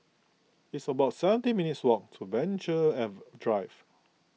it's about seventeen minutes' walk to Venture if Drive